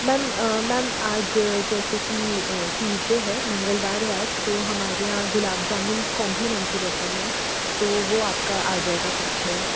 ma'am ma'am आज जैसे कि ट्यूजडे है मंगलवार है आज तो हमारे यहाँ गुलाबजामुन कॉम्पलीमेंट्री रहता है मेम तो वह आपका आ जाएगा साथ में